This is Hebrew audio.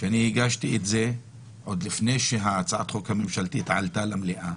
אני הגשתי אותה עוד לפני שהצעת החוק הממשלתית עלתה למליאה,